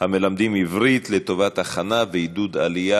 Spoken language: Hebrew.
המלמדים עברית לטובת הכנה לעלייה ועידוד עלייה.